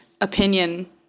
opinion